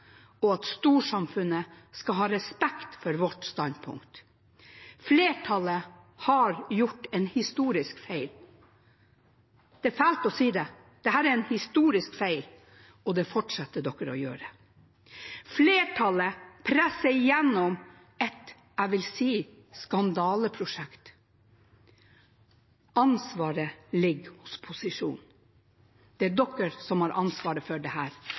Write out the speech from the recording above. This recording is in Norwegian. og at storsamfunnet skal ha respekt for vårt standpunkt. Flertallet har gjort en historisk feil. Det er fælt å si det, dette er en historisk feil, og det fortsetter de å gjøre. Flertallet presser igjennom – jeg vil si – et skandaleprosjekt. Ansvaret ligger hos posisjonen, det er de som har ansvaret for